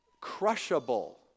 crushable